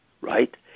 right